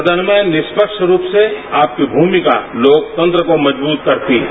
सदन में निष्पक्ष रूप से आत्मभूमिका लोकतंत्र को मजबूत करती है